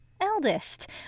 Eldest